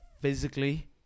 physically